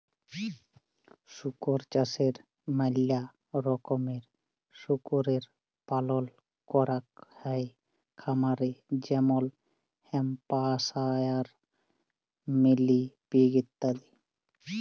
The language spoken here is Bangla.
শুকর চাষে ম্যালা রকমের শুকরের পালল ক্যরাক হ্যয় খামারে যেমল হ্যাম্পশায়ার, মিলি পিগ ইত্যাদি